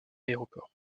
aéroport